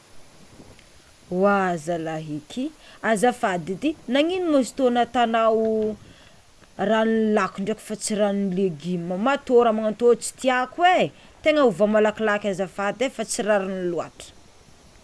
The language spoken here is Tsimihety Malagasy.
Oa zalah eky azafady edy nagnino ma izy tô nataonao raha lako ndraiky fa tsy raha legioma mah tô raha magnan'tô tsy tiàko e tegna ovao malakilaky azafady e fa tsy rariny loatra.